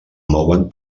mouen